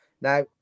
Now